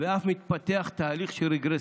ואף מתפתח תהליך של רגרסיה.